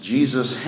Jesus